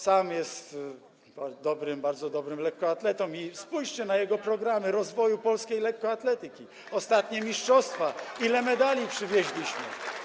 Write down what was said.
Sam jest bardzo dobrym lekkoatletą i spójrzcie na jego programy rozwoju polskiej lekkoatletyki, ostatnie mistrzostwa, ile medali przywieźliśmy.